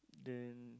then